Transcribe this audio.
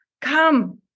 come